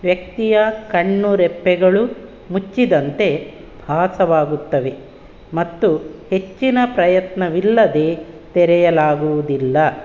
ವ್ಯಕ್ತಿಯ ಕಣ್ಣುರೆಪ್ಪೆಗಳು ಮುಚ್ಚಿದಂತೆ ಭಾಸವಾಗುತ್ತವೆ ಮತ್ತು ಹೆಚ್ಚಿನ ಪ್ರಯತ್ನವಿಲ್ಲದೆ ತೆರೆಯಲಾಗುವುದಿಲ್ಲ